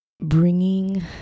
bringing